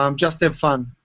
um just have fun.